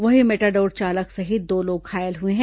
वहीं मेटाडोर चालक सहित दो लोग घायल हुए हैं